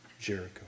Jericho